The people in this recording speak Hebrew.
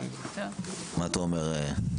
מה אתה אומר?